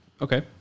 Okay